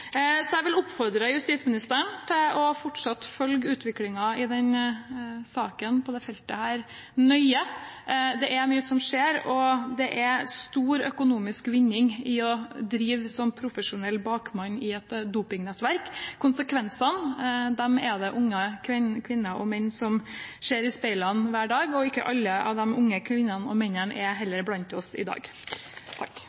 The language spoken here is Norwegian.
Så jeg vil oppfordre justisministeren til fortsatt å følge utviklingen i denne saken på dette feltet nøye. Det er mye som skjer, og det er stor økonomisk vinning i å drive som profesjonell bakmann i et dopingnettverk. Konsekvensene ser unge kvinner og menn i speilene hver dag, og ikke alle de unge kvinnene og mennene er